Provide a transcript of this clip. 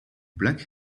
black